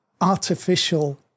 artificial